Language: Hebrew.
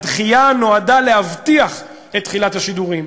הדחייה נועדה להבטיח את תחילת השידורים,